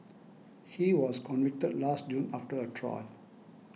he was convicted last June after a trial